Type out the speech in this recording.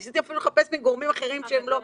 ניסיתי אפילו לחפש מגורמים אחרים שהם לא הרשמיים.